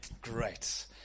Great